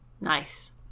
Nice